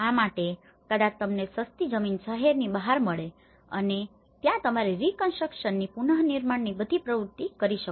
આ માટે કદાચ તમને સસ્તી જમીન શહેરની બહાર મળે અને ત્યાં તમારે રીકંસ્ટ્રકશનની reconstruction પુનનિર્માણ બધી પ્રવૃતિઓ કરી શકો